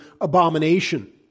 abomination